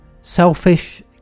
selfish